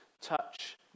touch